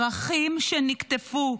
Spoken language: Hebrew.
פרחים שנקטפו,